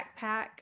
backpack